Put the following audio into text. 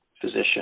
physician